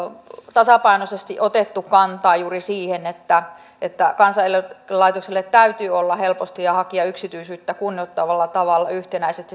tasapainoisesti otettu kantaa juuri siihen että että kansaneläkelaitoksella täytyy olla helposti ja hakijan yksityisyyttä kunnioittavalla tavalla yhtenäiset